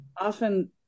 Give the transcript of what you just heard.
Often